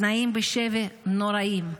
התנאים בשבי נוראיים.